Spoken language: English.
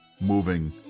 moving